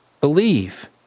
believe